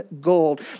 gold